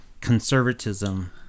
conservatism